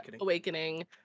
Awakening